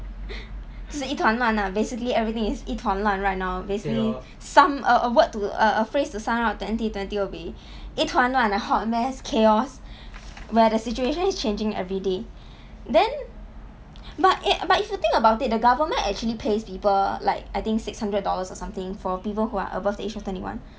是一团乱 lah basically everything is 一团乱 right now basically sum a a word to a a phrase to sum up twenty twenty would be 一团乱 a hot mess chaos but the situation is changing everyday then but eh but if you think the about it the government actually pays people like I think six hundred dollars or something for people who are above the age of twenty one